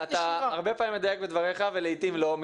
אתה הרבה פעמים מדייק בדבריך ולעתים לא.